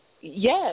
Yes